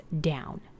down